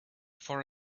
for